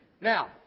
Now